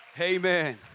Amen